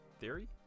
theory